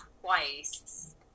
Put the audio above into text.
twice